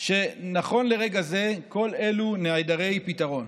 שנכון לרגע זה כל אלו נעדרי פתרון.